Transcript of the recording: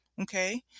okay